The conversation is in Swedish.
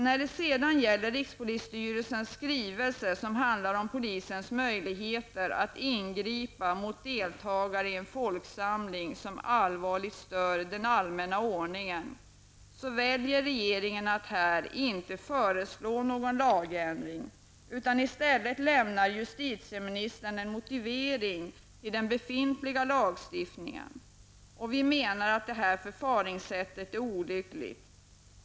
När det sedan gäller rikspolisstyrelsens skrivelse som handlar om polisens möjligheter att ingripa mot deltagare i folksamling som allvarligt stör den allmänna ordningen, väljer regeringen att här inte föreslå någon lagändring. I stället lämnar justitieministern en motivering till den befintliga lagstiftningen. Vi menar att detta förfaringssätt är olyckligt.